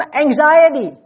anxiety